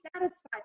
satisfied